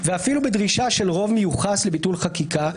ואפילו בדרישה של רוב מיוחס לביטול חקיקה,